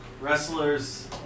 Wrestlers